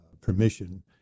permission